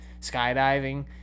skydiving